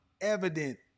evident